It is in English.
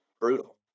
brutal